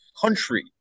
country